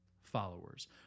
followers